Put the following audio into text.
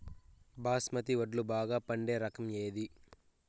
బాస్మతి వడ్లు బాగా పండే రకం ఏది